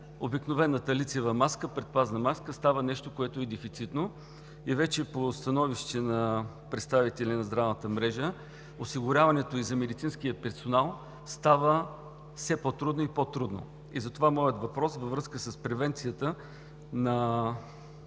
обикновената лицева предпазна маска става нещо, което е дефицитно. По становище на представители на здравната мрежа осигуряването ѝ за медицинския персонал става все по-трудно и по-трудно. Затова моят въпрос във връзка с превенцията на